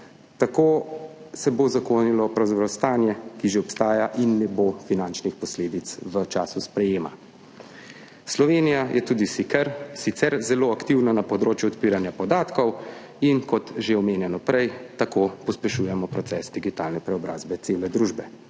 Tako se bo uzakonilo pravzaprav stanje, ki že obstaja, in ne bo finančnih posledic v času sprejetja. Slovenija je tudi sicer zelo aktivna na področju odpiranja podatkov. Kot že omenjeno tako pospešujemo proces digitalne preobrazbe cele družbe.